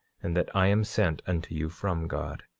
and that i am sent unto you from god.